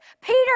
Peter